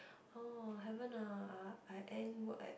orh haven't ah I end work at